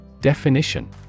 Definition